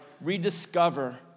rediscover